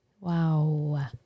Wow